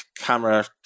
camera